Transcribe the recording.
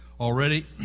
Already